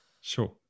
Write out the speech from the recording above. Sure